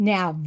Now